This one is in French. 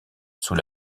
sous